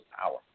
power